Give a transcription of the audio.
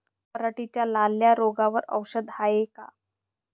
पराटीच्या लाल्या रोगावर औषध हाये का?